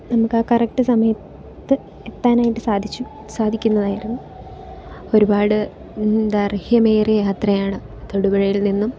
നമുക്ക് ആ കറക്ട് സമയത്ത് എത്താനായിട്ട് സാധിച്ചു സാധിക്കുന്നതായിരുന്നു ഒരുപാട് ദൈർഘ്യമേറിയ യാത്രയാണ് തൊടുപുഴയിൽ നിന്നും